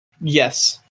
Yes